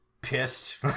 pissed